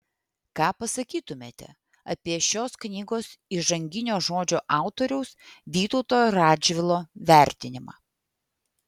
ką pasakytumėte apie šios knygos įžanginio žodžio autoriaus vytauto radžvilo vertinimą